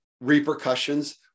repercussions